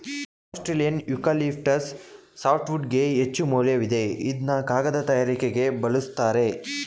Australian eucalyptus ಸಾಫ್ಟ್ವುಡ್ಗೆ ಹೆಚ್ಚುಮೌಲ್ಯವಿದೆ ಇದ್ನ ಕಾಗದ ತಯಾರಿಕೆಗೆ ಬಲುಸ್ತರೆ